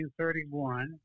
1931